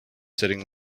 sitting